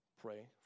Pray